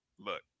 Look